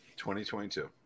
2022